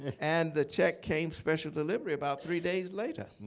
and the check came special delivery, about three days later.